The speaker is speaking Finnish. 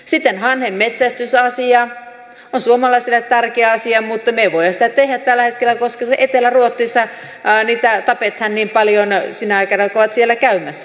sitten hanhenmetsästysasia on suomalaisille tärkeä asia mutta me emme voi sitä tehdä tällä hetkellä koska etelä ruotsissa niitä tapetaan niin paljon sinä aikana kun ovat siellä käymässä